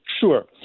Sure